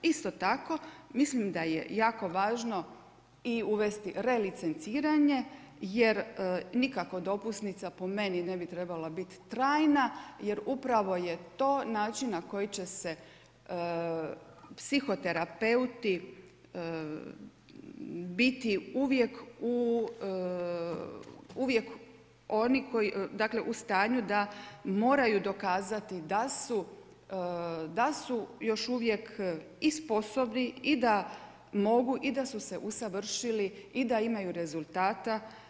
Isto tako, mislim da je jako važno i uvesti relicenciranje jer nikako dopusnica po meni ne bi trebala biti trajna, jer upravo je to način na koji će se psihoterapeuti biti uvijek u, dakle u stanju da moraju dokazati da su još uvijek i sposobni i da mogu i da su se usavršili i da imaju rezultata.